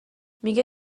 میگه